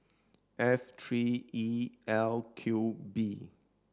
F three E L Q B